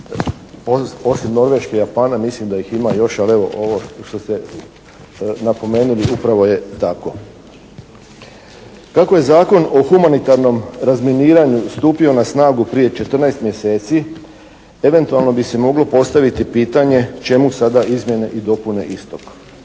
Poslije Norveške i Japana mislim da ih ima još, ali evo ovo što ste napomenuli upravo je tako. Kako je Zakon o humanitarnom razminiranju stupio na snagu prije 14 mjeseci, eventualno bi se moglo postaviti pitanje čemu sada izmjene i dopune istog.